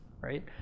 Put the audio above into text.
right